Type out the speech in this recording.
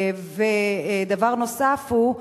דבר נוסף הוא,